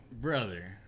Brother